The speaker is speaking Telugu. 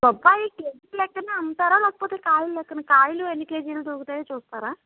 బొప్పాయి కేజీల లెక్కన అమ్ముతారా లేకపోతే కాయలు లెక్కన కాయలు ఎన్ని కేజీలు తూగుతాయో చూస్తారా